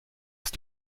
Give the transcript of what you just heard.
ist